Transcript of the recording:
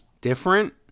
different